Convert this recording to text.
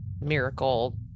miracle